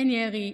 אין ירי,